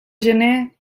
gener